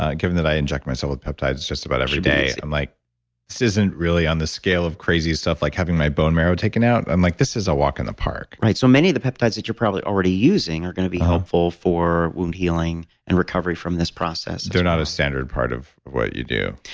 ah given that i inject myself with peptides just about every day i'm like this isn't really on the scale of crazy stuff like having my bone marrow taken out. i'm like this is a walk in the park right. so many of the peptides that you're probably already using are going to be helpful for wound healing and recovery from this process they're not a standard part of of what you do?